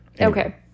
Okay